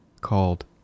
called